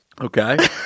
okay